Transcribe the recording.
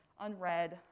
unread